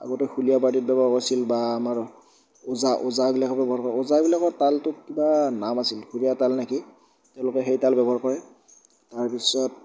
আগতে খুলীয়া পাৰ্টিত ব্যৱহাৰ কৰিছিল বা আমাৰ ওজা ওজাগিলাখনে ব্যৱহাৰ কৰে ওজাবিলাকৰ তালটোত কিবা নাম আছিল ঘূৰোৱা তাল নে কি তেওঁলোকে সেই তাল ব্যৱহাৰ কৰে তাৰপিছত